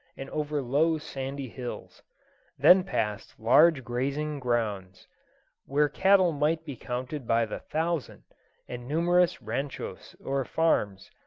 and over low sandy hills then past large grazing grounds where cattle might be counted by the thousand and numerous ranchos or farms,